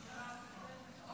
לרשותך